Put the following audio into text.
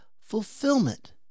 fulfillment